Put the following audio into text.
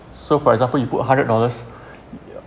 so for example you put a hundred dollars